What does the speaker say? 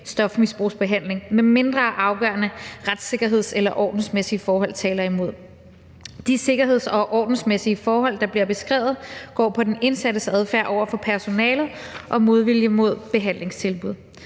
stofmisbrugsbehandling, medmindre afgørende retssikkerheds- eller ordensmæssige forhold taler imod. De sikkerheds- eller ordensmæssige forhold, der bliver beskrevet, går på den indsattes adfærd over for personalet og modvilje mod behandlingstilbud.